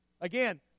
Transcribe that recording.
again